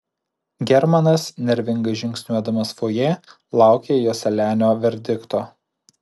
germanas nervingai žingsniuodamas fojė laukė joselianio verdikto